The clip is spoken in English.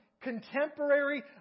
contemporary